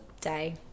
day